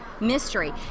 mystery